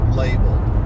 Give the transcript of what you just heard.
labeled